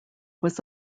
was